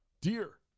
Dear